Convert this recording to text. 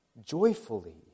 joyfully